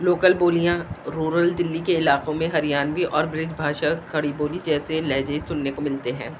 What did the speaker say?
local بولیاں rural Delhi کے علاقوں میں ہریانوی اور برج بھاشا کھڑی بولی جیسے لہجے سننے کو ملتے ہیں